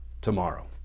tomorrow